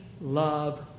love